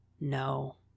No